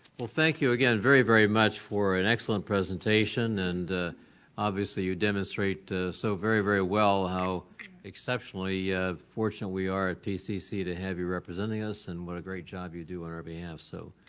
well, thank you again very, very much for an excellent presentation and obviously you demonstrate so very, very well how exceptionally fortunate we are at pcc to have you representing us and what a great job you do on our behalf. so,